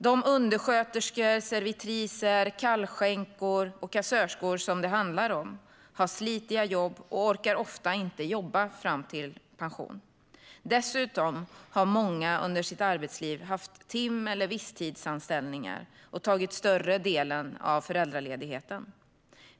De undersköterskor, servitriser, kallskänkor och kassörskor som det handlar om har slitiga jobb och orkar ofta inte jobba fram till pension. Dessutom har många under sina arbetsliv haft tim eller visstidsanställningar och tagit ut större delen av föräldraledigheten.